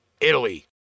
Italy